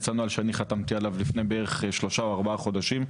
יש נוהל שאני חתמתי עליו לפני שלושה או ארבעה חודשים,